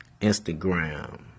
Instagram